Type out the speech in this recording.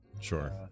sure